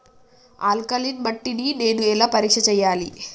Alkaline మట్టి ని నేను ఎలా పరీక్ష చేయాలి?